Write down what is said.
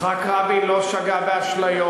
יצחק רבין לא שגה באשליות.